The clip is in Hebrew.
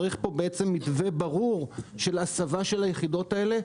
צריך מתווה ברור של הסבת היחידות האלה.